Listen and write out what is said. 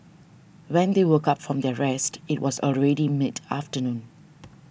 when they woke up from their rest it was already mid afternoon